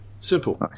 Simple